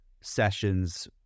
sessions